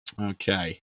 Okay